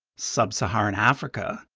sub-saharan africa,